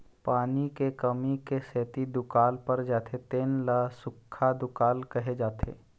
पानी के कमी क सेती दुकाल पर जाथे तेन ल सुक्खा दुकाल कहे जाथे